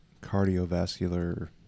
cardiovascular